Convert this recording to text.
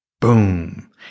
boom